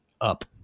up